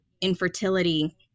infertility